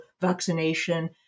vaccination